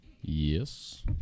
Yes